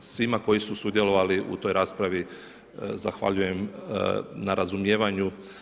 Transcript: Svima koji su sudjelovali u toj raspravi zahvaljujem na razumijevanju.